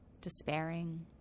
Despairing